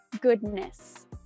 goodness